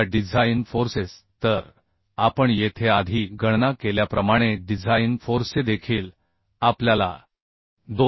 आता design forces तर आपण येथे आधी गणना केल्याप्रमाणे डिझाइन फोर्से देखील आपल्याला 2